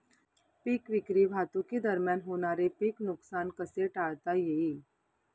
पीक विक्री वाहतुकीदरम्यान होणारे पीक नुकसान कसे टाळता येईल?